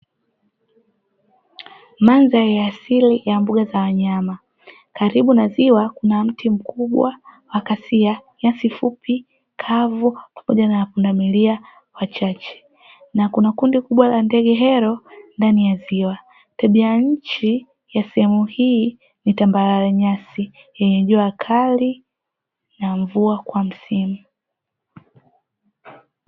Mandhari ya asili ya mbuga za wanyama. Karibu na ziwa kuna mti mkubwa wa kasia nyasi fupi kavu pamoja na pundamilia wachache, na kuna kundi kubwa la ndege hero ndani ya ziwa. Tabia ya nchi ya sehemu hii ni tambarare nyasi, yenye jua kali na mvua kwa msimu.